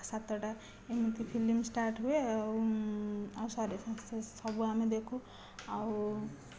ସାତଟା ଏମିତି film start ହୁଏ ଆଉ ଆଉ ସରେ ସେସବୁ ଆମେ ଦେଖୁ ଆଉ